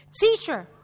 teacher